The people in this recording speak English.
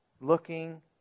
looking